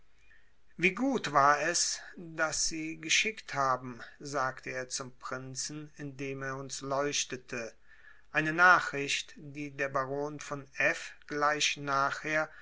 wie gut war es daß sie geschickt haben sagte er zum prinzen indem er uns leuchtete eine nachricht die der baron von f gleich nachher